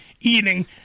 eating